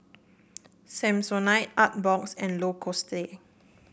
Samsonite Artbox and Lacoste